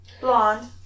Blonde